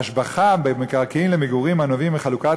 ההשבחה במקרקעין למגורים הנובעים מחלוקת